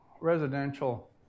residential